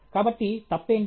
కాబట్టి తప్పేంటి